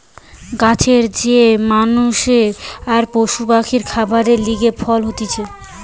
গাছের যে মানষের আর পশু পাখির খাবারের লিগে ফল হতিছে